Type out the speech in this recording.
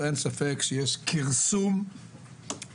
אין ספק שיש כרסום קשה